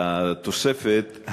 התוספת,